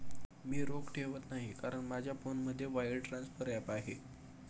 मी रोख ठेवत नाही कारण माझ्या फोनमध्ये वायर ट्रान्सफर ॲप आहे